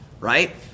right